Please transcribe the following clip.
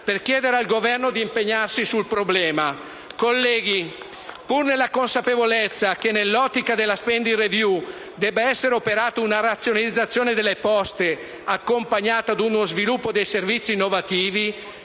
per chiedere al Governo di impegnarsi sul problema. Colleghi, pur nella consapevolezza che nell'ottica della *spending review* debba essere operata una razionalizzazione delle poste, accompagnata ad uno sviluppo dei servizi innovativi,